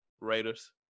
Raiders